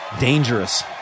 Dangerous